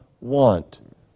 want